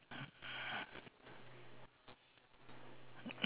no signboard that means we still got one more missing